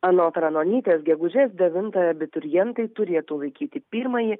anot ranonytės gegužės devintą abiturientai turėtų laikyti pirmąjį